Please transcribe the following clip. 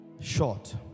short